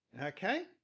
Okay